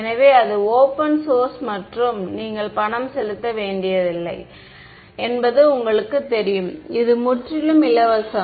எனவே அது open source மற்றும் நீங்கள் பணம் செலுத்த வேண்டியதில்லை என்பது உங்களுக்குத் தெரியும் இது முற்றிலும் இலவசம்